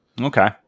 Okay